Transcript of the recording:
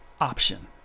option